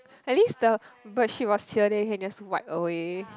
at least the bird shit was here then you can just wipe away